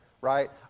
right